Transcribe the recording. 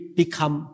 become